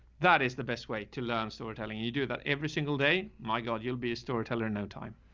that is the best way to learn, so telling you you do that every single day. my god, you'll be a story teller now. time,